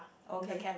okay